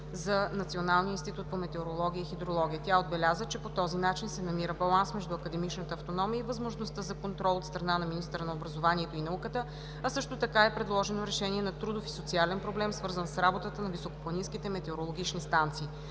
за Националния институт по метеорология и хидрология. Тя отбеляза, че по този начин се намира баланс между академичната автономия и възможността за контрол от страна на министъра на образованието и науката, а също така е предложено решение на трудов и социален проблем, свързан с работата на високопланинските метеорологични станции.